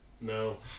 No